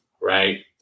right